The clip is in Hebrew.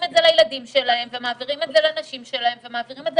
את זה לילדים שלהם ומעבירים את זה לנשים שלהם ומעבירים את זה